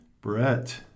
Brett